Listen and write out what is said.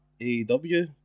AEW